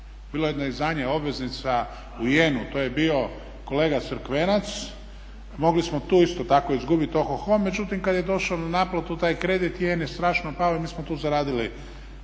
Bilo je jedno izdanje obveznica u jenu. To je bio kolega Crkvenac. Mogli smo tu isto tako izgubiti oho, ho. Međutim, kad je došao na naplatu taj kredit jen je strašno pao i mi smo tu zaradili